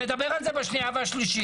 נדבר על זה בשנייה והשלישית.